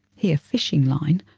here fishing line,